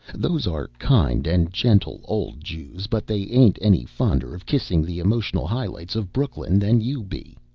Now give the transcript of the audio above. those are kind and gentle old jews, but they ain't any fonder of kissing the emotional highlights of brooklyn than you be.